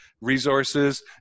resources